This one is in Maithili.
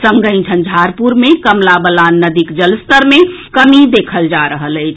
संगहि झंझारपुर मे कमला बलान नदीक जलस्तर मे कमी देखल जा रहल अछि